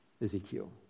Ezekiel